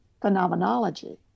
phenomenology